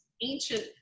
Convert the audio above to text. ancient